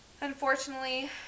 Unfortunately